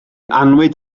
annwyd